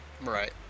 Right